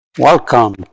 Welcome